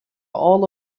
all